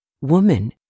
Woman